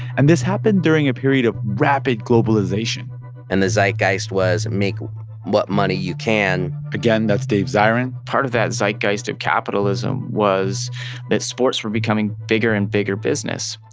and this happened during a period of rapid globalization and the zeitgeist was make what money you can again, that's dave zirin part of that zeitgeist of capitalism was that sports were becoming bigger and bigger business.